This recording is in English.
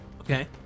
Okay